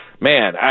man